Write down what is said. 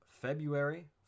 february